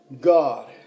God